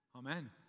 Amen